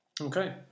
Okay